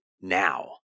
now